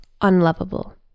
unlovable